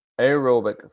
aerobic